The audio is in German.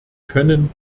können